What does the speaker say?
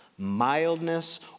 mildness